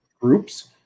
groups